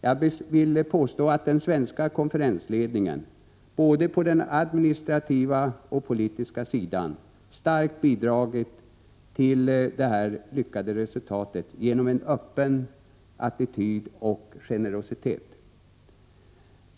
Jag vill påstå att den svenska konferensledningen, både på den administrativa och på den politiska sidan, starkt bidragit till detta lyckade resultat genom en öppen attityd och generositet.